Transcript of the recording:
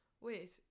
wait